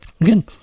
Again